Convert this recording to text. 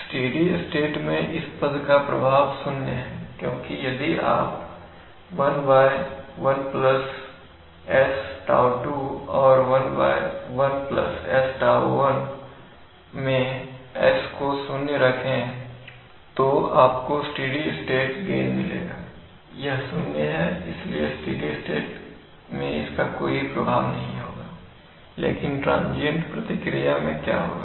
steady state में इस पद का प्रभाव 0 हैं क्योंकि यदि आप 1 1 s τ2 और 1 1 s τ1 मैं s को 0 रखें तो आपको स्टेडी स्टेट गेन मिलेगा यह 0 है इसलिए स्टेडी स्टेट में इसका कोई प्रभाव नहीं होगा लेकिन ट्रांजियंट प्रतिक्रिया में क्या होगा